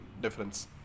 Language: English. difference